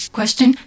Question